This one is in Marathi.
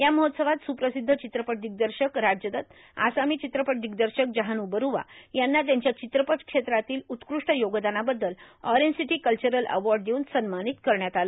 या महोत्सवात स्प्रसिद्ध चित्रपट दिग्दर्शक राजदत्त आसामी चित्रपट दिग्दर्शक जाहव्र बरूआ यांना त्यांच्या चित्रपट क्षेत्रातील उत्कृष्ट योगदानाबद्दल ऑरेंज सिटी कल्वरल एवार्ड देऊन सन्मानित करण्यात आलं